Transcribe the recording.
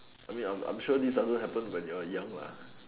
I mean I'm I'm sure this doesn't happen when you are young lah